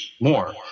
more